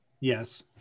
Yes